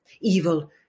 Evil